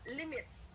limits